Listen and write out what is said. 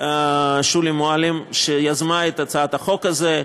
שולי מועלם שיזמה את הצעת החוק הזאת.